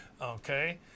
Okay